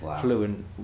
fluent